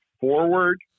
forward